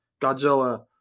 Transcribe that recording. Godzilla